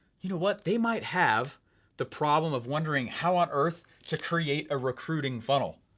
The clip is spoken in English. you know what, they might have the problem of wondering how on earth to create a recruiting funnel.